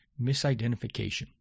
misidentification